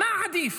מה עדיף?